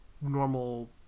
Normal